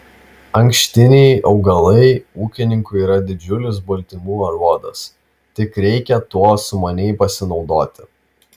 ankštiniai augalai ūkininkui yra didžiulis baltymų aruodas tik reikia tuo sumaniai pasinaudoti